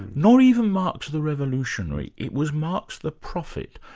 nor even marx the revolutionary. it was marx the prophet,